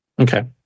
Okay